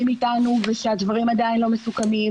איתנו ושהדברים עדיין לא מסוכמים.